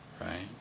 Right